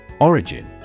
Origin